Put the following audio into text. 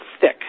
thick